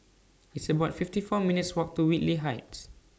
It's about fifty four minutes Walk to Whitley Heights